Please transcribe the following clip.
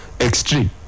extreme